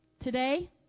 today